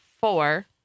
four